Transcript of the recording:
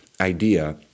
idea